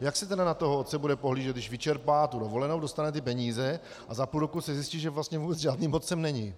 Jak se tedy na toho otce bude pohlížet, když vyčerpá tu dovolenou, dostane ty peníze a za půl roku se zjistí, že vlastně vůbec žádným otcem není?